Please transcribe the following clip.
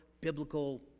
biblical